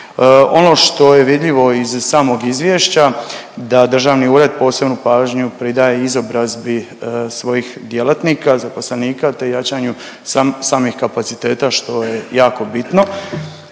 Ono što je vidljivo iz samog izvješća da državni ured posebnu pažnju pridaje izobrazbi svojih djelatnika, zaposlenika te jačanju samih kapaciteta što je jako bitno